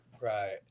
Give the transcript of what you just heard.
Right